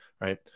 right